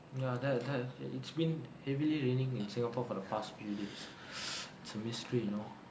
ya that that it's been heavily raining in singapore for the past few days it's a mystery you know